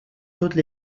toutes